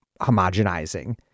homogenizing